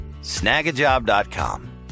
Snagajob.com